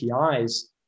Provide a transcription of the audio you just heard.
APIs